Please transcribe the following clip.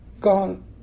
gone